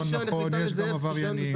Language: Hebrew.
נכון, יש גם עבריינים.